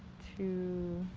to.